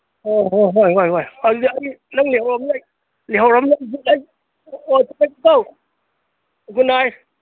ꯍꯣꯍꯣꯏ ꯍꯣꯏ ꯍꯣꯏ ꯑꯗꯨꯗꯤ ꯑꯩ ꯅꯪ ꯂꯩꯍꯧꯔꯝꯅꯤꯅ ꯑꯩ ꯂꯩꯍꯧꯔꯝꯅꯤꯅ ꯒꯨꯠ ꯅꯥꯏꯠ